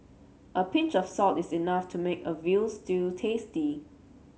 a pinch of salt is enough to make a veal stew tasty